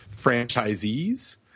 franchisees